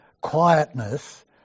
quietness